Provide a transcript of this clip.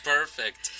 Perfect